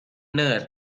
nurse